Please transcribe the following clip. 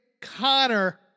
Connor